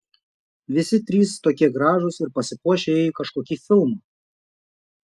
visi trys tokie gražūs ir pasipuošę ėjo į kažkokį filmą